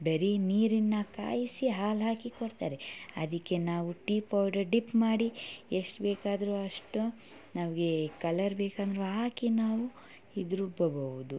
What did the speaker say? ಬರೀ ನೀರನ್ನು ಕಾಯಿಸಿ ಹಾಲು ಹಾಕಿಕೊಡ್ತಾರೆ ಅದಕ್ಕೆ ನಾವು ಟೀ ಪೌಡರ್ ಡಿಪ್ ಮಾಡಿ ಎಷ್ಟು ಬೇಕಾದ್ರೆ ಅಷ್ಟು ನಮಗೆ ಕಲರ್ ಬೇಕೆಂದ್ರೂ ಹಾಕಿ ನಾವು ಇದು ರುಬ್ಬಬಹುದು